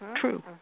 true